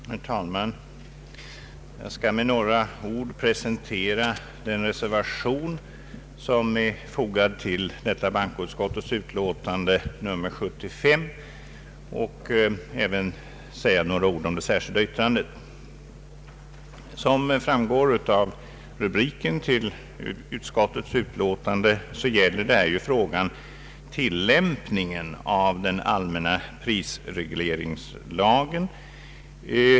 Herr talman! Jag skall med några ord presentera den reservation som är fogad till detta bankoutskottets utlåtande nr 75 och säga något om det särskilda yttrandet. Såsom framgår av rubriken till utskottets utlåtande gäller frågan tillämpningen av den allmänna prisregleringslagen.